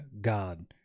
God